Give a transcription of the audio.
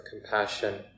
compassion